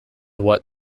what